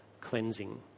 cleansing